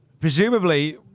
presumably